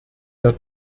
der